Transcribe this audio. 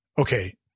Okay